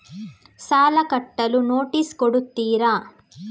ಸಾಲ ಕಟ್ಟಲು ನೋಟಿಸ್ ಕೊಡುತ್ತೀರ?